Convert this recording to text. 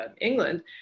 England